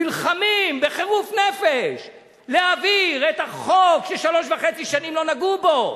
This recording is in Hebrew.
נלחמים בחירוף נפש להעביר את החוק ששלוש שנים וחצי לא נגעו בו,